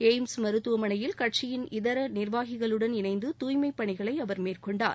AIIMS மருத்துவமனையில் கட்சியின் இதர நிர்வாகிகளுடன் இணைந்து தூய்மைப் பணிகளை அவர் மேற்கொண்டார்